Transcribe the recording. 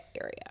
area